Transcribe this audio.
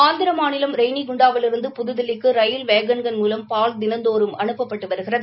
ஆந்திர மாநிலம் ரெய்னிகுண்டாவிலிருந்து புதுதில்லிக்கு ரயில் வேகன்கள் மூலம் பால் தினந்தோறும் அனுப்பப்பட்டு வருகிறது